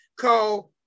called